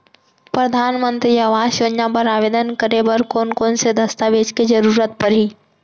परधानमंतरी आवास योजना बर आवेदन करे बर कोन कोन से दस्तावेज के जरूरत परही?